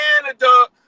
Canada